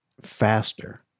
faster